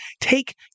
take